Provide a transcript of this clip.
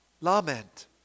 Lament